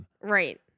Right